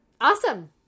awesome